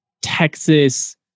Texas